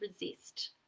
resist